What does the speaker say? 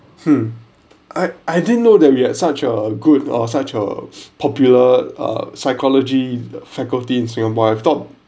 hmm I I didn't know that we had such a good uh such a popular uh psychology faculty in singapore I thought